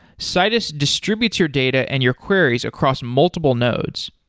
citus distributes your data and your queries across multiple nodes.